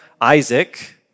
Isaac